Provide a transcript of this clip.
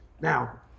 Now